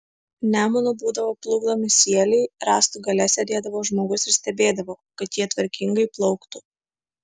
nemunu būdavo plukdomi sieliai rąstų gale sėdėdavo žmogus ir stebėdavo kad jie tvarkingai plauktų